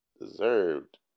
deserved